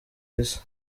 isi